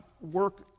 work